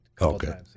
Okay